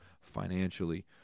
financially